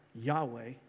Yahweh